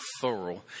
thorough